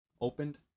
opened